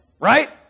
right